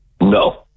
No